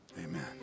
Amen